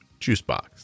juicebox